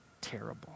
terrible